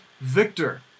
victor